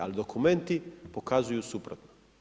Ali dokumenti pokazuju suprotno.